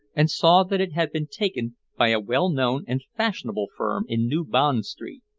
and saw that it had been taken by a well-known and fashionable firm in new bond street.